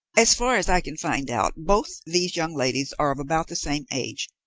as far as i can find out, both these young ladies are of about the same age,